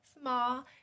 Small